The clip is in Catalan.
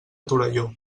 torelló